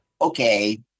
okay